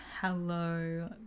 hello